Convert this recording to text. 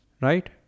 right